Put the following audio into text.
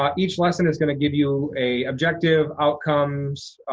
um each lesson is gonna give you a objective, outcomes,